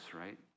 right